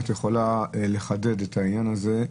אם את יכולה לחדד את העניין הזה.